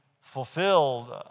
fulfilled